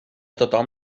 tothom